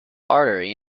artery